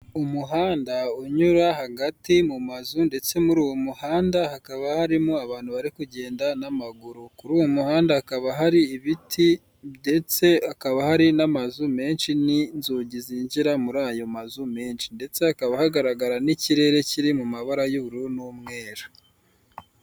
Urubuga rwo kuri murandasi rutangirwaho amakuru y'akazi ya leta, birerekana uburyo wakinjira ukoresheje imayili yawe ndetse na nimero ya telefone yawe ndetse ukaza no gukoresha ijambo banga.